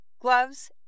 gloves